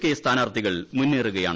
K സ്ഥാനാർത്ഥികൾ മുന്നേറുകയാണ്